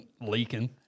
leaking